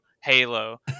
Halo